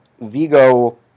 Vigo